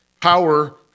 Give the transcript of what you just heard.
power